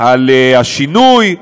על השינוי העולמי,